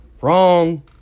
Wrong